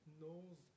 knows